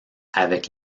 avec